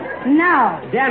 No